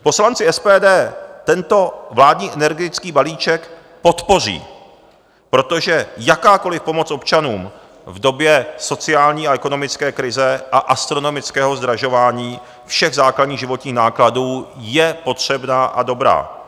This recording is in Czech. Poslanci SPD tento vládní energetický balíček podpoří, protože jakákoliv pomoc občanům v době sociální a ekonomické krize a astronomického zdražování všech základních životních nákladů je potřebná a dobrá.